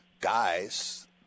guys